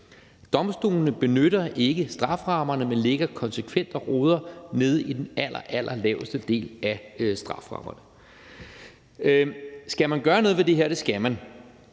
Domstolene udnytter ikke strafferammerne, men ligger konsekvent og roder nede i den allerallerlaveste del af strafferammerne. Skal man gøre noget ved det her, og det skal man,